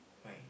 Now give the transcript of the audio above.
my